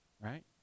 right